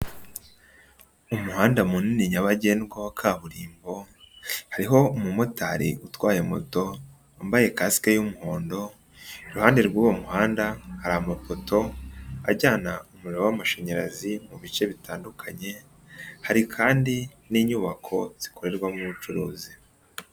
Umuhanda munini nyabagendwa wa kaburimbo, hariho umumotari utwaye moto wambaye kasike y'umuhondo, iruhande rw'uwo muhanda hari amafoto ajyana umuriro w'amashanyarazi mu bice bitandukanye, hari kandi n'inyubako zikorerwamo ubucuruzi.